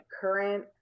current